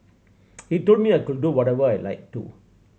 he told me I could do whatever I like too